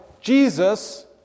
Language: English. Jesus